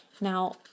Now